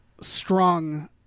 strong